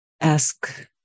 ask